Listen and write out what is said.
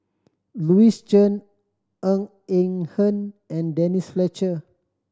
Louis Chen Ng Eng Hen and Denise Fletcher